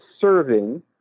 serving